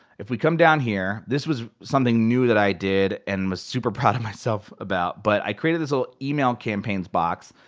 if we come down here, this was something new that i did and was super proud of myself about. but i created this little email campaigns box.